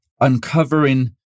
uncovering